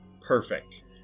Perfect